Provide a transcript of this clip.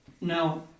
Now